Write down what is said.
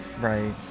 Right